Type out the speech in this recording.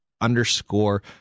underscore